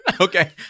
Okay